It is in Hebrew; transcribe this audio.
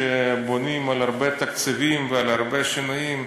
שבונים על הרבה תקציבים ועל הרבה שינויים,